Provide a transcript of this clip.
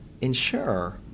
ensure